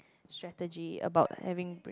strategy about having br~